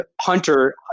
Hunter